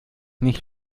nicht